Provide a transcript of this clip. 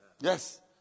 Yes